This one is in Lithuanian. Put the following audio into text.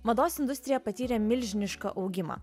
mados industrija patyrė milžinišką augimą